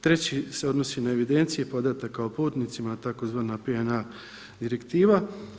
Treći se odnosi na evidencije podataka o putnicima tzv. PNA direktiva.